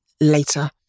later